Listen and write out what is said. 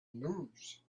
lose